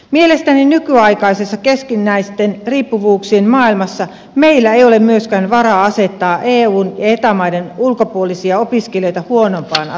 mielestäni nykyaikaisessa keskinäisten riippuvuuksien maailmassa meillä ei ole myöskään varaa asettaa eun ja eta maiden ulkopuolisia opiskelijoita huonompaan asemaan